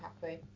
happy